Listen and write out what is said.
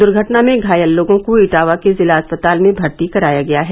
दुर्घटना में घायल लोगों को इटावा के जिला अस्पताल में भर्ती कराया गया है